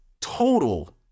total